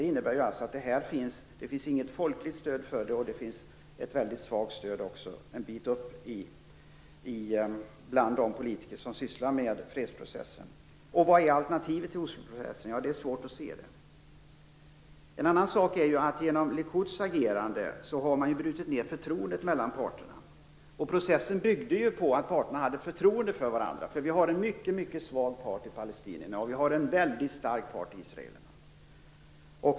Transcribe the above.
Det här innebär alltså att det inte finns något folkligt stöd och att stödet en bit upp bland de politiker som sysslar med fredsprocessen är svagt. Vad är då alternativet till Osloprocessen? Ja, det är svårt att se vad det skulle vara. Genom Likuds agerande har man brutit ned förtroendet mellan parterna. Processen byggde ju på att parterna hade förtroende för varandra. Palestinierna är dock en mycket svag part, och israelerna är en mycket stark part.